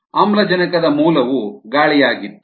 ಆಮ್ಲಜನಕದ ಮೂಲವು ಗಾಳಿಯಾಗಿತ್ತು